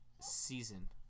season